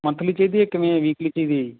monthly ਚਾਹੀਦੀ ਹੈ ਕਿਵੇਂ ਹੈ ਵੀਕਲੀ ਚਾਹੀਦੀ ਹੈ ਜੀ